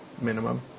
minimum